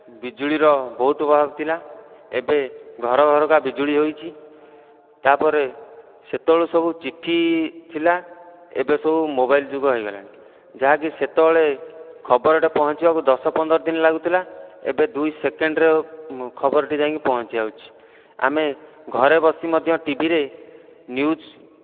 ବିଜୁଳିର ବହୁତ ଅଭାବ ଥିଲା ଏବେ ଘର ଘରକା ବିଜୁଳି ହୋଇଛି ତା'ପରେ ସେତେବେଳେ ସବୁ ଚିଠି ଥିଲା ଏବେ ସବୁ ମୋବାଇଲ ଯୁଗ ହେଇଗଲାଣି ଯାହାକି ସେତେବେଳେ ଖବରଟା ପହଁଞ୍ଚିବାକୁ ଦଶ ପନ୍ଦର ଦିନ ଲାଗୁଥିଲା ଏବେ ଦୁଇ ସେକେଣ୍ଡରେ ଖବରଟି ଯାଇକି ପହଁଞ୍ଚି ଯାଉଛି ଆମେ ଘରେ ବସି ମଧ୍ୟ ଟିଭିରେ ନ୍ୟୁଜ୍